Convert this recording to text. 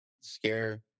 scare